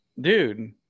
dude